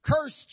cursed